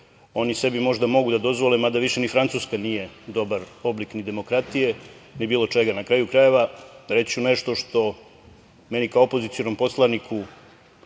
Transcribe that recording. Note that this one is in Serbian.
oni sebi možda mogu da dozvole, mada više ni Francuska nije dobar oblik ni demokratije ni bilo čega. Na kraju krajeva, reći ću nešto što meni kao opozicionim poslaniku